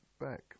back